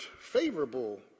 favorable